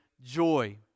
joy